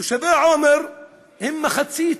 תושבי עומר הם מחצית